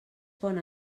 pon